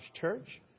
Church